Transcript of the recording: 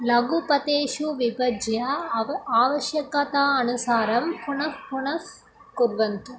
लघुपदेषु विभज्य अव आवश्यकतायाः अनुसारं पुनः पुनःस् कुर्वन्तु